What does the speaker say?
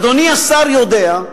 אדוני השר יודע,